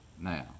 now